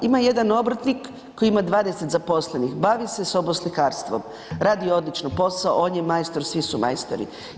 Ima jedan obrtnik koji ima 20 zaposlenih, bavi se soboslikarstvom, radi odlično posao, on je majstor, svi su majstori.